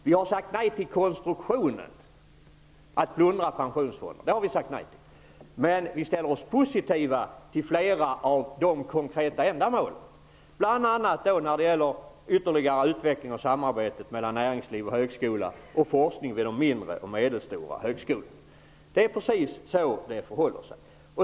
Vi har sagt nej till konstruktionen, som innebär att man plundrar pensionsfonderna, men vi ställer oss positiva till flera av de konkreta ändamålen, bl.a. när det gäller ytterligare utveckling av samarbetet mellan näringsliv och högskola och forskning vid de mindre och medelstora högskolorna. Det är precis så det förhåller sig.